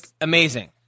amazing